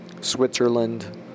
Switzerland